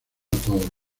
todos